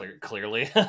clearly